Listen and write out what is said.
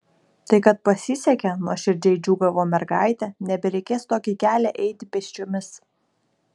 tai kad pasisekė nuoširdžiai džiūgavo mergaitė nebereikės tokį kelią eiti pėsčiomis